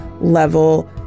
level